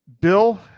Bill